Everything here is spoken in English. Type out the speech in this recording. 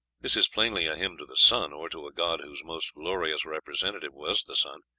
this is plainly a hymn to the sun, or to a god whose most glorious representative was the sun.